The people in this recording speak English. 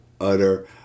utter